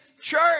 church